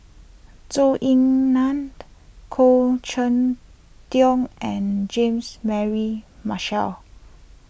Zhou Ying Nan Khoo Cheng Tiong and Jeans Mary Marshall